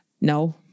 No